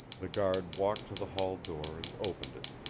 the guard walked to the hall door and opened it,